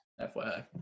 FYI